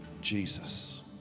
Jesus